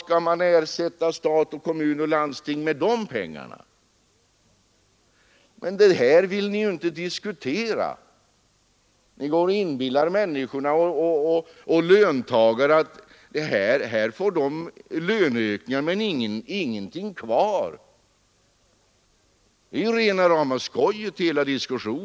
Då måste ni ju ingripa och tala om hur man skall ersätta dessa pengar, men det vill ni inte diskutera. Ni inbillar löntagarna att de visserligen får löneökningar men att det inte blir någonting kvar. Hela denna diskussion är ju rena rama skojet.